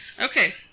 okay